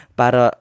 para